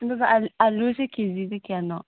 ꯑꯗꯨꯒ ꯑꯂꯨꯁꯤ ꯀꯦꯖꯤꯗ ꯀꯌꯥꯅꯣ